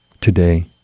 today